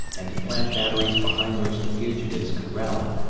and to plant batteries behind which the fugitives could rally.